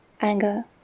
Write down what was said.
anger